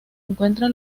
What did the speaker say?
encuentra